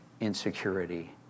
insecurity